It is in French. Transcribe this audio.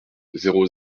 zéro